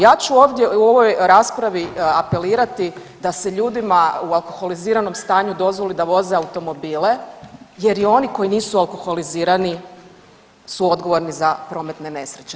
Ja ću ovdje u ovoj raspravi apelirati da se ljudima u alkoholiziranom stanju dozvoli da voze automobile jer i oni koji nisu alkoholizirani su odgovorni za prometne nesreće.